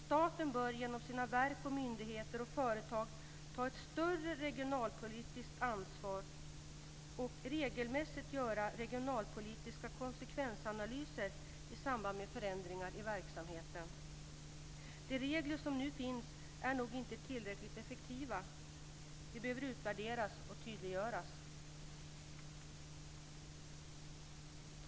Staten bör genom sina verk, myndigheter och företag ta ett större regionalpolitiskt ansvar och regelmässigt göra regionalpolitiska konsekvensanalyser i samband med förändringar i verksamheten. De regler som nu finns är nog inte tillräckligt effektiva. De behöver utvärderas och tydliggöras.